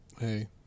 hey